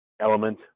element